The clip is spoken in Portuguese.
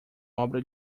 obra